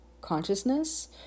consciousness